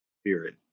Spirit